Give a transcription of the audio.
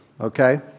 okay